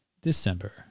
December